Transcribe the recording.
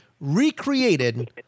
recreated